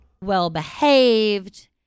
well-behaved